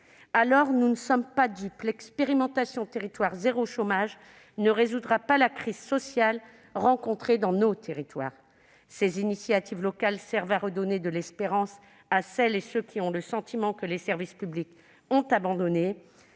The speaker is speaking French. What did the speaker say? isolés. Nous ne sommes pas dupes : l'expérimentation « territoires zéro chômeur de longue durée » ne résoudra pas la crise sociale rencontrée dans nos territoires. Ces initiatives locales servent à redonner de l'espérance à celles et ceux qui ont le sentiment que les services publics ont abandonné,